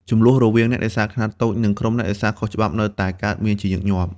ជម្លោះរវាង អ្នកនេសាទខ្នាតតូច និងក្រុមនេសាទខុសច្បាប់នៅតែកើតមានជាញឹកញាប់។